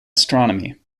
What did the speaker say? astronomy